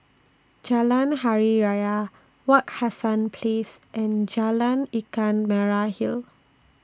Jalan Hari Raya Wak Hassan Place and Jalan Ikan Merah Hill